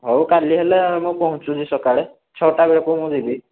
ହଉ କାଲି ହେଲେ ମୁଁ ପହଁଚୁଛି ସକାଳେ ଛଅଟା ବେଳକୁ ମୁଁ ଯିବି